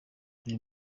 uyu